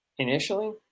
initially